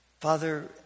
Father